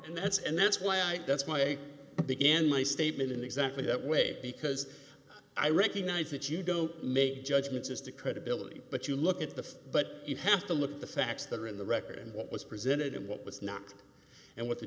and that's and that's why i think that's why i begin my statement in exactly that way because i recognize that you don't make judgments as to credibility but you look at the but you have to look at the facts that are in the record and what was presented and what was not and what the